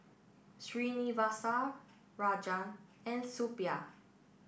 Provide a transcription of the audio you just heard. Srinivasa Rajan and Suppiah